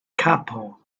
capo